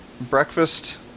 breakfast